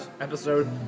episode